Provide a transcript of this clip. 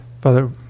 father